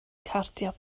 cardiau